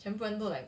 全部人都来